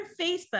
Facebook